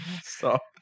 Stop